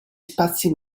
spazi